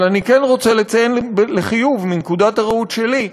אבל אני כן רוצה לציין לחיוב, מנקודת הראות שלי,